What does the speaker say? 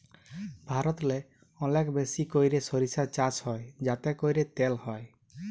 ভারতেল্লে অলেক বেশি ক্যইরে সইরসা চাষ হ্যয় যাতে ক্যইরে তেল হ্যয়